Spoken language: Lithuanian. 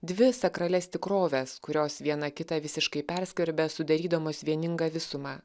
dvi sakralias tikroves kurios viena kitą visiškai perskverbia sudarydamos vieningą visumą